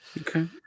okay